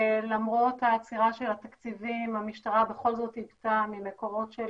למרות העצירה של התקציבים המשטרה בכל זאת הקצתה ממקורות של